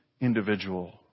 individual